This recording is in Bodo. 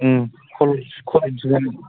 कलेज फरायहैसिगोन